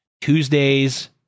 Tuesdays